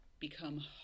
become